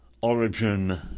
origin